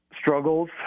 struggles